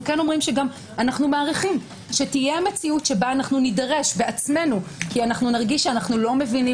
אנו מעריכים שתהיה מציאות שבה נידרש בעצמנו כי נרגיש שאנו לא מבינים